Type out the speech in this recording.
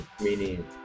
meaning